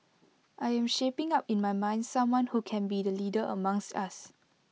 I am shaping up in my mind someone who can be the leader amongst us